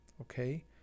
Okay